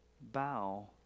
bow